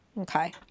Okay